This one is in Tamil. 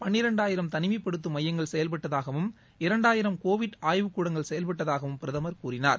பனிரெண்டாயிரம் தனிமைப்படுத்தம் மையங்கள் செயல்பட்டதாகவும் இரண்டாயிரம் கோவிட் ஆய்வுக்கூடங்கள் செயல்பட்டதாகவும் பிரதமர் கூறினார்